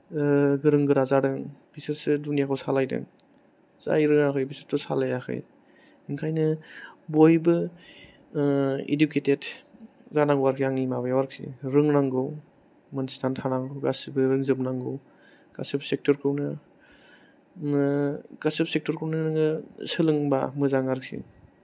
गोरों गोरा जादों बिसोरसो दुनियाखौ सालायदों जाय रोङाखै बिसोरथ' सालायाखै ओंखायनो बयबो इडुकेटेट जानांगौ आरखि आंनि माबायाव आरखि रोंनांगौ मोनथिना थानांगौ गासिबो रोंजोब नांगौ गासिबो सेक्टरखौनो गासिबो सेक्टरखौनो सोलोंबा मोजां आरखि